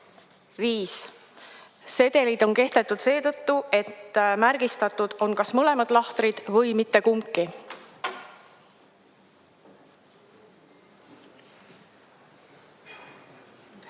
4, 5. Sedelid on kehtetud seetõttu, et märgistatud on kas mõlemad lahtrid või mitte kumbki.